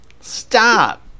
Stop